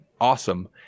Awesome